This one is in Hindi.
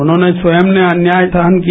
उन्होंने स्वयं ने अन्याय सहन किया